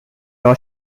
law